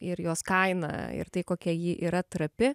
ir jos kainą ir tai kokia ji yra trapi